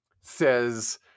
says